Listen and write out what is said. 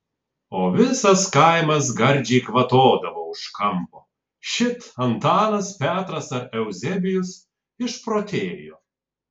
o visas kaimas gardžiai kvatodavo už kampo šit antanas petras ar euzebijus išprotėjo